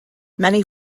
many